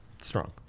strong